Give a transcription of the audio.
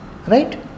Right